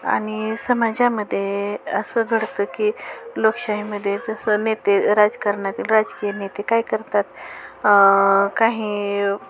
आणि समाजामध्ये असं घडतं की लोकशाहीमध्ये जसं नेते राजकारणातील राजकीय नेते काय करतात काही